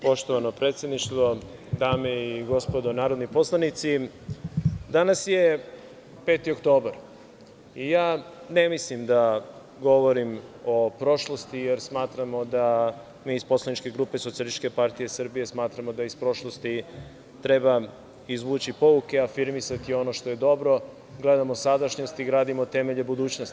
Poštovano predsedništvo, dame i gospodo narodni poslanici, danas je 5. oktobar, i ja ne mislim da govorim o prošlosti, jer mi iz poslaničke grupe SPS, smatramo da iz prošlosti treba izvući pouke, afirmisati ono što je dobro, gledamo sadašnjost i gradimo temelje budućnosti.